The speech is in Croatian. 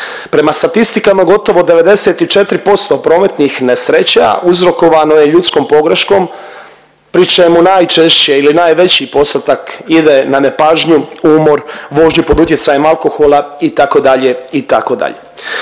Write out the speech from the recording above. Prema statistikama, gotovo 94% prometnih nesreća uzrokovano je ljudskom pogreškom, pri čemu najčešće ili najveći postotak ide na nepažnju, umor, vožnju pod utjecajem alkohola, itd., itd.